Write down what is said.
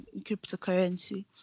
cryptocurrency